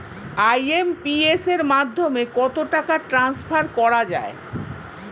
IMPS এর মাধ্যমে কত টাকা ট্রান্সফার করা যায়?